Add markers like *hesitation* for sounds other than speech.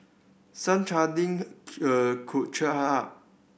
some *unintelligible* *hesitation* could cheer her up